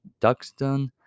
Duxton